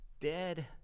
Dead